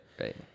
Right